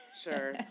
Sure